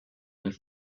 with